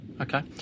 Okay